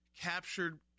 captured